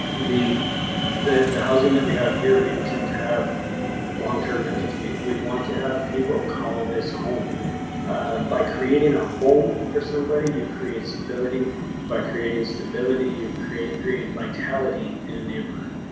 the the the housing that we have here we intend to have long term rentals. we we want to have people call this home by creating a home for somebody. you create stability by creating stability. you create create vitality and neighborhood.